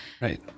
right